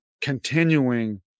continuing